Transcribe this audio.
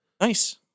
Nice